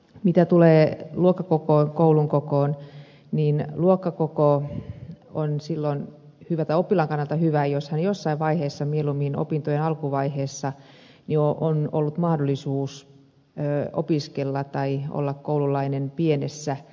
mitä tulee luokkakokoon koulun kokoon niin tilanne on silloin oppilaan kannalta hyvä jos hänellä jossain vaiheessa mieluummin opintojen alkuvaiheessa jo on ollut mahdollisuus opiskella tai olla koululainen pienessä ryhmässä